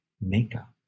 makeup